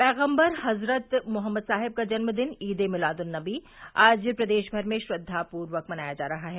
पैगम्बर हजरत मोहम्मद साहेब का जन्म दिन ईद ए मिलाद्न नबी आज प्रदेश भर में श्रद्वापूर्वक मनाया जा रहा है